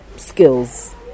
skills